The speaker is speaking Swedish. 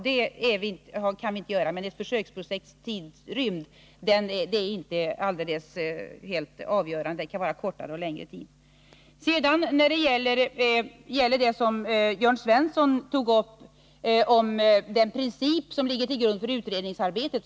Men ett försöksprojekts fastställda tidrymd är inte helt avgörande — verksamheten kan vara kortare eller längre tid. Jörn Svensson tog upp frågan om den princip som ligger till grund för utredningsarbetet.